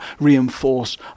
reinforce